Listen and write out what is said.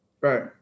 Right